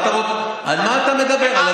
על מה אתה מדבר?